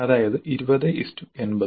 അതായത് 2080